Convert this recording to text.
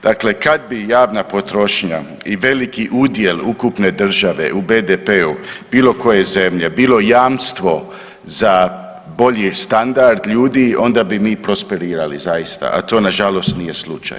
Dakle, kad bi javna potrošnja i veliki udjel ukupne države u BDP-u bilo koje zemlje bilo jamstvo za bolji standard ljudi onda bi mi prosperirali zaista, a to nažalost nije slučaj.